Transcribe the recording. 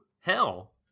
hell